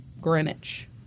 Greenwich